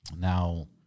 now